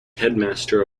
headmaster